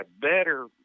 better